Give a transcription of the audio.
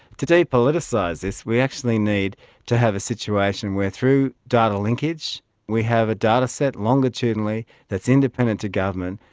to depoliticise this we actually need to have a situation where through data linkage we have a dataset longitudinally that's independent to government,